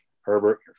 Herbert